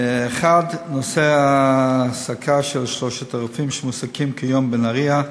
1. נושא ההעסקה של שלושת הרופאים שמועסקים כיום בנהריה,